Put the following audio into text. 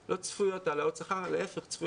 לא צפויות העלאות שכר אלא להיפך,